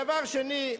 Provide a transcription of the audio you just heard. דבר שני,